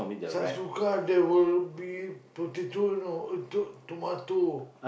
Sabsuka there will be potato you know eh to~ tomato